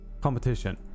competition